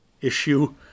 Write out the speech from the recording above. issue